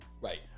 Right